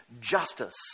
justice